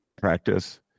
practice